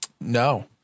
No